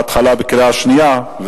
בהתחלה בקריאה שנייה,